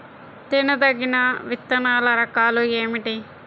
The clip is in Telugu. తినదగిన విత్తనాల రకాలు ఏమిటి?